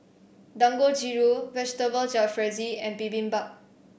Dangojiru Vegetable Jalfrezi and Bibimbap